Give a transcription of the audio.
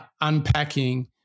unpacking